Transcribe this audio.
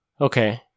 Okay